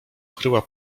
okryła